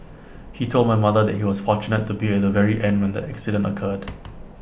he told my mother that he was fortunate to be at the very end when the accident occurred